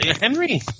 Henry